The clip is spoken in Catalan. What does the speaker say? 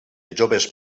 joves